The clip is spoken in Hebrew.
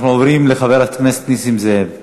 אנחנו עוברים לחבר הכנסת נסים זאב,